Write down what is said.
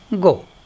go